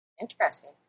Interesting